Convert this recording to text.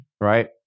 Right